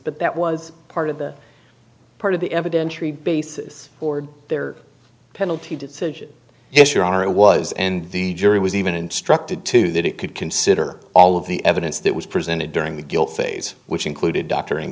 but that was part of the part of the evidence or a basis for their penalty decision yes your honor it was and the jury was even instructed to that it could consider all of the evidence that was presented during the guilt phase which included d